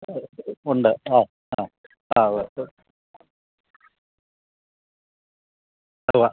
ആ ഉണ്ട് ആ ആ അതെ ഇപ്പം അതും ആ